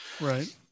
Right